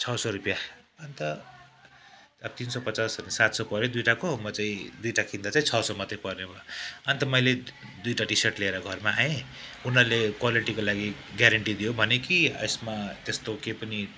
छः सौ रुपियाँ अन्त अब तिन सौ पचास सात सौ पऱ्यो दुईवटाको म चाहिँ दुईवटा किन्दा चाहिँ छः सौ मात्रै पऱ्यो अन्त मैले दुईवटा टिसर्ट ल्याएर घरमा आएँ उनीहरूले क्वालिटीको लागि ग्यारेन्टी दियो कि भन्यो कि यसमा त्यस्तो केही पनि